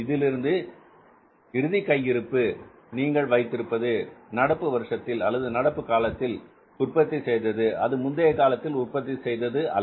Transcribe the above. இதிலிருந்து இறுதி கையிருப்பு நீங்கள் வைத்திருப்பது நடப்பு வருஷத்தில் அல்லது நடப்புக் காலத்தில் உற்பத்தி செய்தது அது முந்தைய காலத்தில் உற்பத்தி செய்தது அல்ல